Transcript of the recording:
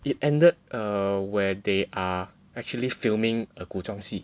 it ended err where they are actually filming a 古装戏